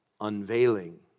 unveiling